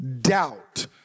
doubt